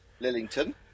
Lillington